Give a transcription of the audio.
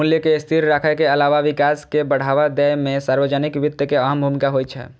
मूल्य कें स्थिर राखै के अलावा विकास कें बढ़ावा दै मे सार्वजनिक वित्त के अहम भूमिका होइ छै